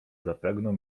zapragnął